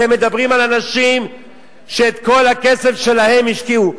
אתם מדברים על אנשים שאת כל הכסף שלהם השקיעו.